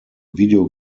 video